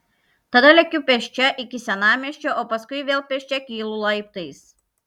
tada lekiu pėsčia iki senamiesčio o paskui vėl pėsčia kylu laiptais